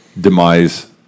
Demise